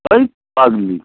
এই পাগলি